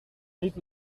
niet